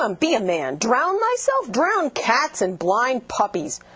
um be a man. drown thyself? drown cats and blind puppies!